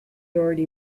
already